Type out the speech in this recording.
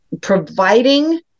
providing